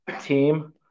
team